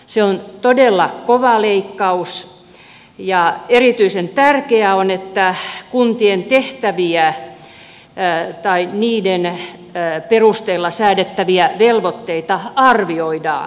se on todella kova leikkaus ja erityisen tärkeää on että kuntien tehtäviä tai niiden perusteella säädettäviä velvoitteita arvioidaan